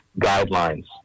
guidelines